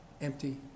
empty